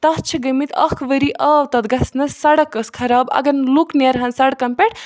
تَتھ چھِ گٔمٕتۍ اَکھ ؤری آو تَتھ گژھنَس سَڑک ٲس خراب اگر نہٕ لُکھ نیرہَن سَڑکَن پٮ۪ٹھ